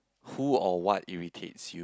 who or what irritates you